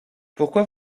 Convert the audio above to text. pourquoi